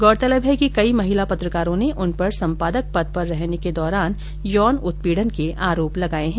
गौरतलब है कि कई महिला पत्रकारों ने उन पर संपादक पद पर रहने के दौरान यौन उत्पीड़न के आरोप लगाये हैं